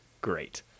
great